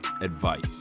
advice